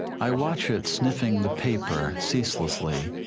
i watch it sniffing the paper ceaselessly,